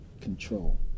control